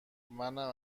منم